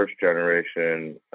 first-generation